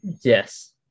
Yes